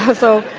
ah so,